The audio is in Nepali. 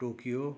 टोकियो